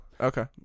Okay